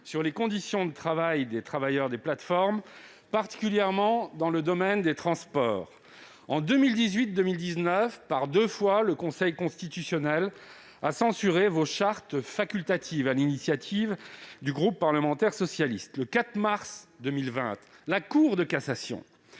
sur les conditions de travail des travailleurs des plateformes numériques, particulièrement dans le domaine des transports. En 2018 et 2019, le Conseil constitutionnel a censuré par deux fois vos chartes facultatives, sur l'initiative du groupe parlementaire socialiste. Le 4 mars 2020, la Cour de cassation